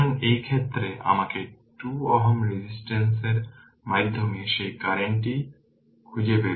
সুতরাং এই ক্ষেত্রে আমাকে 2 Ω রেজিস্টেন্স মাধ্যমে সেই কারেন্ট কী তা খুঁজে বের করতে হবে